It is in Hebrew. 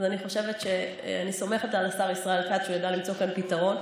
אז אני חושבת שאני סומכת על השר ישראל כץ שהוא ידע למצוא כאן פתרון,